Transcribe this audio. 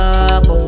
up